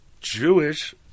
Jewish